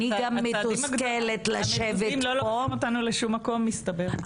הצעדים המדודים לא לוקחים אותנו לשום מקום, מסתבר.